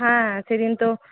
হ্যাঁ সেদিন তো